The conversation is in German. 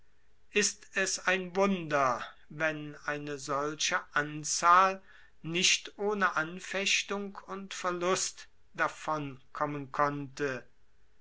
ist es ein wunder wenn eine solche anzahl nicht ohne anfechtung und verlust davon kommen konnte